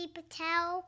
Patel